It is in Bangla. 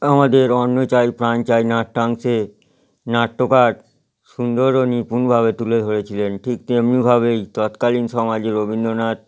আমাদের অন্ন চাই প্রাণ চাই নাট্যাংশে নাট্যকার সুন্দর ও নিপুণভাবে তুলে ধরেছিলেন ঠিক তেমনিভাবেই তৎকালীন সমাজে রবীন্দ্রনাথ